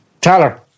Tyler